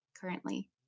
currently